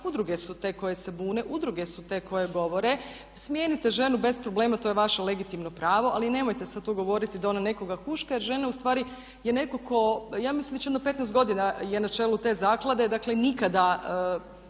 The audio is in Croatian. udruge su te koje se bune, udruge su te koje govore. Smijenite ženu bez problema, to je vaše legitimno pravo, ali nemojte sad tu govoriti da ona nekoga huška jer žena ustvari je neko ko ja mislim već jedno 15 godina je na čelu te zaklade. Dakle nikada,